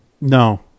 No